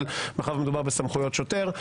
אבל מאחר שמדובר בסמכויות שוטר,